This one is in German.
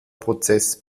prozess